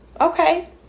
okay